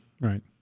right